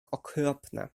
okropne